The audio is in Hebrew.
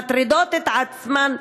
מטרידות את עצמן,